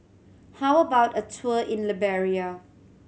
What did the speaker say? how about a tour in Liberia